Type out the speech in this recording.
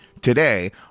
today